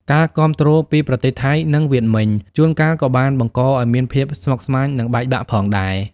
ការគាំទ្រពីប្រទេសថៃ និងវៀតមិញ ជួនកាលក៏បានបង្កឱ្យមានភាពស្មុគស្មាញ និងបែកបាក់ផងដែរ។